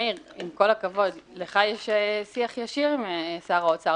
מאיר, עם כל הכבוד, לך יש שיח ישיר עם שר האוצר.